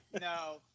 no